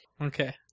Okay